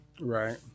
Right